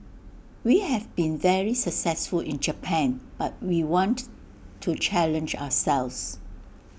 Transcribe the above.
we have been very successful in Japan but we want to challenge ourselves